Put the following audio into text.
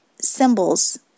symbols